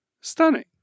stunning